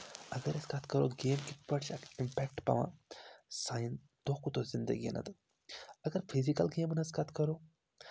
اگر أسۍ کَتھ کَرو گیم کِتھ پٲٹھۍ چھِ اَکہِ اِمپیکٹ پٮ۪وان سانٮ۪ن دۄہ کھۄتہٕ دۄہ زِندَگی نَتہٕ اگر فِزِکَل گیمَن ہٕنٛز کَتھ کَرو